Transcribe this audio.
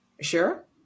Sure